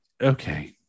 okay